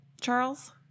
Charles